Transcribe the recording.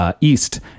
East